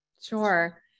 Sure